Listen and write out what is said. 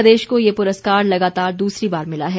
प्रदेश को ये पुरस्कार लगातार दूसरी बार मिला है